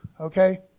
Okay